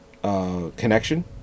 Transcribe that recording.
Connection